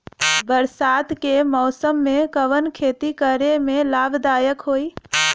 बरसात के मौसम में कवन खेती करे में लाभदायक होयी?